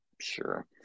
Sure